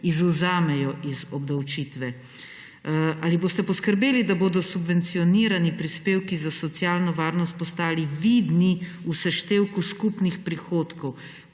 izvzamejo iz obdavčitve? Ali boste poskrbeli, da bodo subvencionirani prispevki za socialno varnost postali vidni v seštevku skupnih prihodkov,